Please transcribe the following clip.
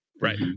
Right